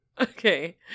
Okay